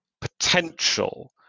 potential